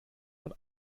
von